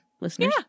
listeners